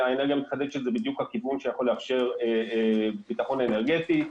מחדד שזה בדיוק הכיוון שיכול לאפשר ביטחון אנרגטי.